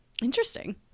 Interesting